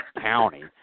county